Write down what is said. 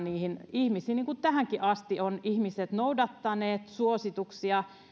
ihmisiin tähänkin asti ovat ihmiset noudattaneet suosituksia